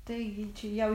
tai ginčijame